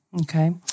Okay